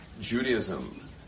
Judaism